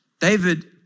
David